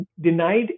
denied